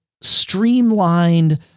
streamlined